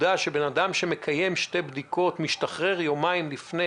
בעובדה שאדם שמבצע שתי בדיקות משתחרר יומיים לפני